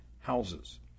houses